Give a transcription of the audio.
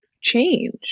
change